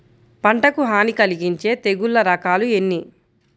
పంటకు హాని కలిగించే తెగుళ్ళ రకాలు ఎన్ని?